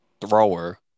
thrower